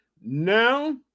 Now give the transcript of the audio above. Now